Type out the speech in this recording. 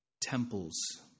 Temples